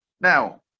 Now